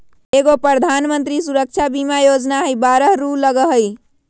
एगो प्रधानमंत्री सुरक्षा बीमा योजना है बारह रु लगहई?